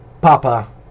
Papa